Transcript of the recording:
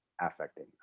affecting